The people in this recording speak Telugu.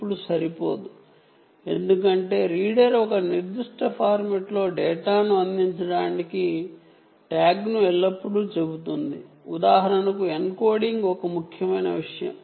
ఇప్పుడు ఇది సరిపోదు ఎందుకంటే రీడర్ ఒక నిర్దిష్ట ఫార్మాట్లో డేటాను అందించడానికి ట్యాగ్ను ఎల్లప్పుడూ చెబుతుంది ఉదాహరణకు ఎన్కోడింగ్ ఒక ముఖ్యమైన విషయం